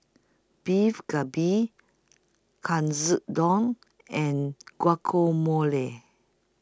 Beef Galbi Katsudon and Guacamole